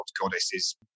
goddesses